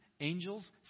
Angels